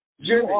Jimmy